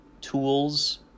Tools